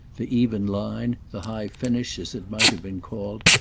the even line, the high finish, as it might have been called,